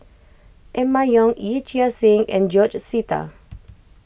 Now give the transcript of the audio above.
Emma Yong Yee Chia Hsing and George Sita